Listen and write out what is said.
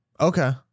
okay